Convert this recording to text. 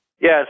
Yes